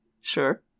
Sure